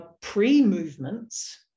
pre-movements